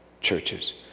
churches